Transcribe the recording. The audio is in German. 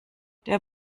der